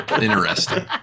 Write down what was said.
interesting